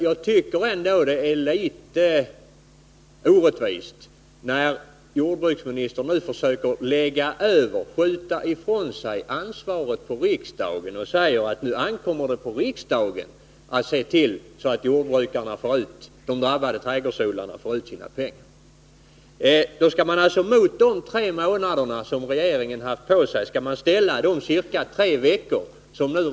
Jag tycker det är litet orättvist när jordbruksministern försöker skjuta ifrån sig ansvaret på riksdagen och säger att det nu ankommer på riksdagen att se till att de drabbade trädgårdsodlarna får ut sina pengar. Då skall man alltså mot de tre månader som regeringen haft på sig ställa de tre veckor, inkl.